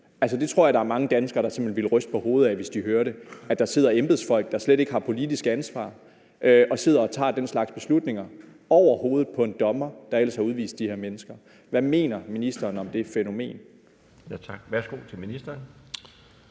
Det tror jeg der er mange dansker der simpelt hen ville ryste på hovedet af, altså hvis de hørte, at der sidder embedsfolk, der slet ikke har politisk ansvar, og tager den slags beslutninger over hovedet på en dommer, der ellers har udvist de her mennesker. Hvad mener ministeren om det fænomen?